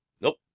Nope